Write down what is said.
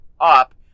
up